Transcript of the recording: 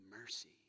mercy